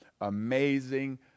amazing